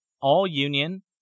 All-Union